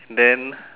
then